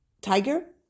Tiger